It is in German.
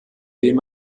dem